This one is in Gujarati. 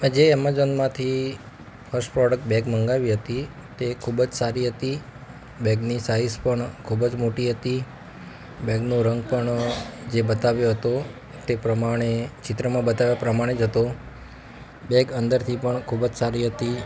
આજે અમેઝોનમાંથી ફસ્ટ પ્રોડક્ટ બેગ મંગાવી હતી તે ખૂબ જ સારી હતી બેગની સાઈઝ પણ ખૂબ જ મોટી હતી બેગનો રંગ પણ જે બતાવ્યો હતો તે પ્રમાણે ચિત્રમાં બતાવ્યા પ્રમાણે જ હતો બેગ અંદરથી પણ ખૂબ જ સારી હતી